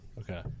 Okay